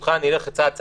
ברשותך אני אלך צעד-צעד.